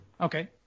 Okay